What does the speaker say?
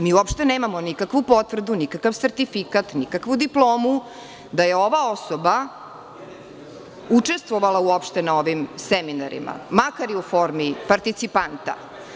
Mi uopšte nemamo nikakvu potvrdu, nikakav sertifikat, nikakvu diplomu da je ova osoba učestvovala uopšte na ovim seminarima, makar i u formi participanta.